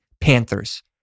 panthers